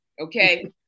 Okay